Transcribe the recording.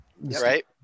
Right